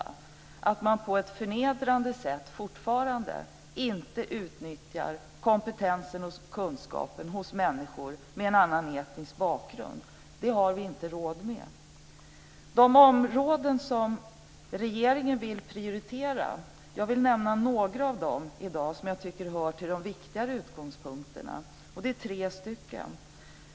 Det gäller att man på ett förnedrande sätt fortfarande inte utnyttjar kompetensen och kunskapen hos människor med en annan etnisk bakgrund. Det har vi inte råd med. Jag vill i dag nämna några av de områden som regeringen vill prioritera och som hör till de viktigare utgångspunkterna. Det är tre stycken.